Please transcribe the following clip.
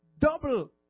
Double